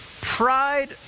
Pride